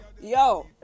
Yo